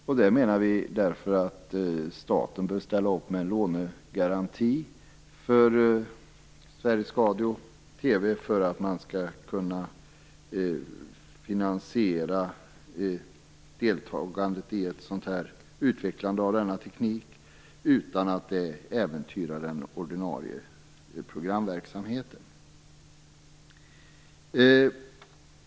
Därför menar vi att staten bör ställa upp med en lånegaranti till Sveriges Radio så att de skall kunna finansiera deltagandet i utvecklingen av denna teknik utan att äventyra den ordinarie programverksamheten.